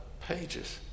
pages